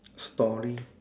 story